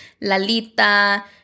Lalita